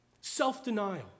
Self-denial